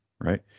right